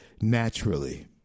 naturally